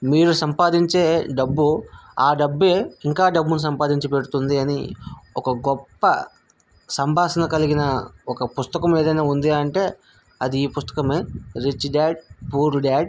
మీరు సంపాదించే డబ్బు ఆ డబ్బు ఇంకా డబ్బును సంపాదించి పెడుతుంది అని ఒక గొప్ప సంభాషణ కలిగిన ఒక పుస్తకం ఏదైనా ఉంది అంటే అది ఈ పుస్తకం రిచ్ డాడ్ పూర్ డాడ్